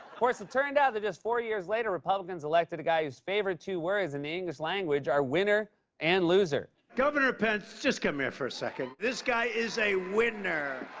course, it turned out that just four years later republicans elected a guy whose favorite two words in the english language are winner and loser. governor pence, just come here for a second. this guy is a winner.